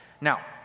Now